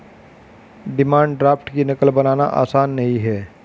demand draft की नक़ल बनाना आसान नहीं है